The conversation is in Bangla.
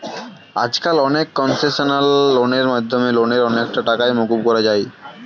আজকাল অনেক কনসেশনাল লোনের মাধ্যমে লোনের অনেকটা টাকাই মকুব করা যায়